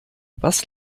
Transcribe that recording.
was